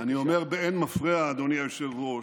אני אומר "באין מפריע", אדוני היושב-ראש,